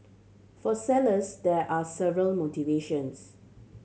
for sellers there are several motivations